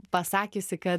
pasakiusi kad